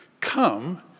come